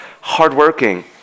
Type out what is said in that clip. hardworking